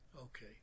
Okay